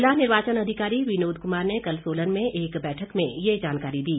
जिला निर्वाचन अधिकारी विनोद कुमार ने कल सोलन में एक बैठक में यह जानकारी दी